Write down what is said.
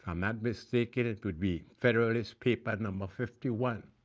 um and mistaken, it would be federalist paper number fifty one,